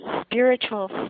Spiritual